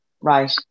right